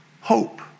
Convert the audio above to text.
hope